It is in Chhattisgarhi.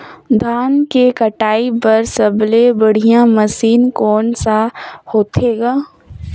धान के कटाई बर सबले बढ़िया मशीन कोन सा होथे ग?